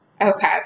Okay